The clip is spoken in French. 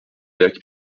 lac